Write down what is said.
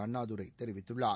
அண்ணாதுரை தெரிவித்துள்ளார்